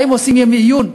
האם עושים ימי עיון?